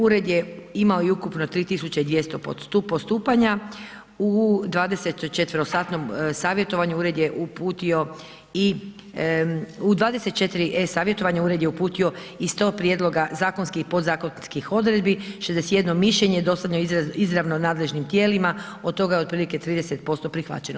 Ured je imao ukupno 3200 postupanja, u 24 satnom savjetovanju, Ured je uputio i u 24 e-savjetovanja Ured je uputio i 100 prijedloga zakonskih i podzakonskih odredbi, 61 mišljenje, … izravno nadležnim tijelima, od toga je otprilike 30% prihvaćeno.